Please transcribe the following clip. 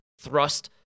thrust